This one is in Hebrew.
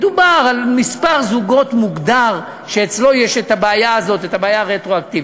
מדובר על מספר זוגות מוגדר שאצלו יש הבעיה הרטרואקטיבית.